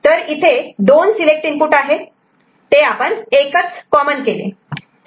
तर इथे दोन सिलेक्ट इनपुट आहेत ते आपण एकच म्हणजे कॉमन केले